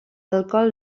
alcohol